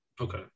Okay